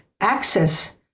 access